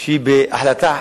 ובהחלטת